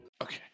Okay